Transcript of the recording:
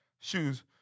shoes